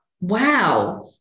Wow